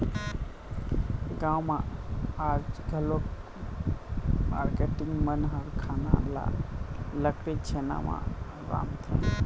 गाँव म आज घलोक मारकेटिंग मन ह खाना ल लकड़ी, छेना म रांधथे